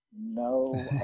no